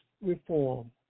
reform